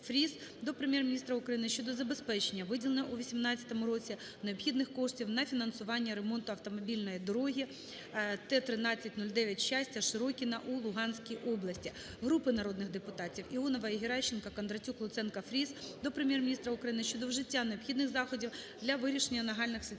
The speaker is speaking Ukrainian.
Фріз) до Прем'єр-міністра України щодо забезпечення виділення у 18-му році необхідних коштів для фінансування ремонту автомобільної дороги Т-13-09 Щастя - Широкіно у Луганській області. Групи народних депутатів (Іонової, Геращенко, Кондратюк, Луценко, Фріз) до Прем'єр-міністра України щодо вжиття необхідних заходів для вирішення нагальних